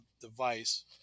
device